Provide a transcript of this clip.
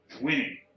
winning